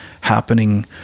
happening